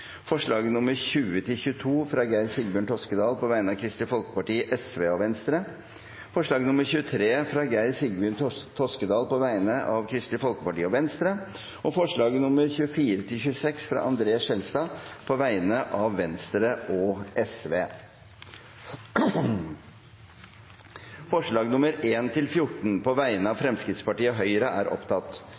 forslag nr. 19, fra Geir Sigbjørn Toskedal på vegne av Kristelig Folkeparti, Senterpartiet og Venstre forslagene nr. 20–22, fra Geir Sigbjørn Toskedal på vegne av Kristelig Folkeparti, Venstre og Sosialistisk Venstreparti forslag nr. 23, fra Geir Sigbjørn Toskedal på vegne av Kristelig Folkeparti og Venstre forslagene nr. 24–26, fra André N. Skjelstad på vegne av Venstre og Sosialistisk Venstreparti Det voteres over forslagene nr. 1–14, fra Høyre og Fremskrittspartiet. Forslag